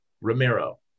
Romero